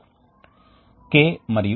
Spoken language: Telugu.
ఆపై వ్యర్థ వాయువు బయటకు వస్తోంది